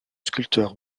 sculpteur